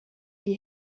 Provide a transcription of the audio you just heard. die